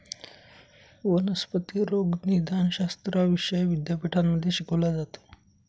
वनस्पती रोगनिदानशास्त्र हा विषय विद्यापीठांमध्ये शिकवला जातो